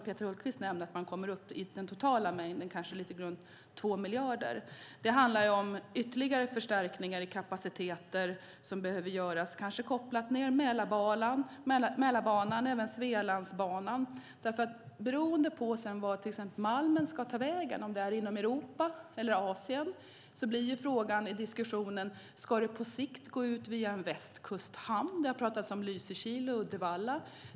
Peter Hultqvist nämner att man totalt kanske kommer upp till 2 miljarder. Det handlar om ytterligare förstärkningar i kapaciteter som behöver göras, kanske kopplade till Mälarbanan och även Svealandsbanan. Beroende på vart malmen sedan ska ta vägen - inom Europa eller till Asien - blir frågan i diskussionen om malmen på sikt ska gå ut via en västkustshamn. Det har talats om Lysekil och Uddevalla.